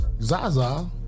Zaza